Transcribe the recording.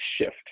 shift